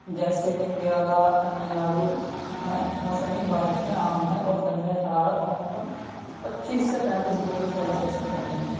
جیسے کہ کیرلا تمل ناڈو میں موسمی بارشیں عام ہیں اور درجۂ حرارت عموماً پچیس سے پینتس ڈگری سیلسیس کے درمیان ہوتا ہے